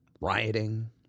rioting